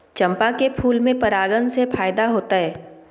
चंपा के फूल में परागण से फायदा होतय?